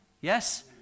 yes